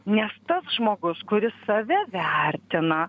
nes tas žmogus kuris save vertina